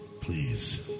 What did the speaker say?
Please